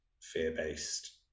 fear-based